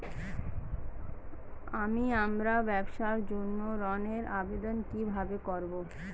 আমি আমার ব্যবসার জন্য ঋণ এর আবেদন কিভাবে করব?